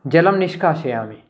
जलं निष्कासयामि